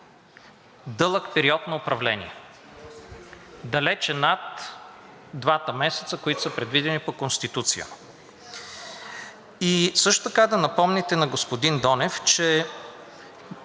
дълъг период на управление, далече над двата месеца, които са предвидени по Конституция. И също така да напомните на господин Донев, че